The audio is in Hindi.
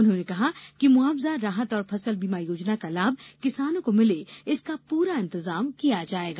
उन्होंने कहा कि मुआवजा राहत और फसल बीमा योजना का लाभ किसानों को मिले इसका पूरा इंतजाम किया जाएगा